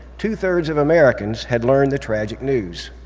two thirds of americans had learned the tragic news.